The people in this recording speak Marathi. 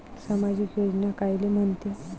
सामाजिक योजना कायले म्हंते?